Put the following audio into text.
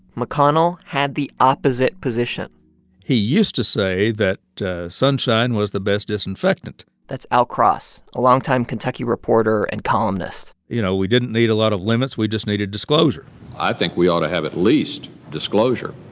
mcconnell had the opposite position he used to say that sunshine was the best disinfectant that's al cross, a longtime kentucky reporter and columnist you know, we didn't need a lot of limits. we just needed disclosure i think we ought to have, at least, disclosure.